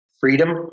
freedom